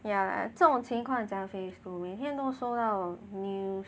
yeah 这种情况这么样 phase two 每天都收到 news